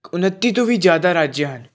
ਉਨੱਤੀ ਤੋਂ ਵੀ ਜ਼ਿਆਦਾ ਰਾਜ ਹਨ